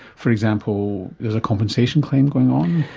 for example, there's a compensation claim going on,